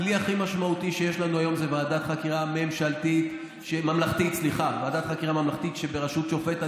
הכלי הכי משמעותי שיש לנו היום זה ועדת חקירה ממלכתית בראשות שופט.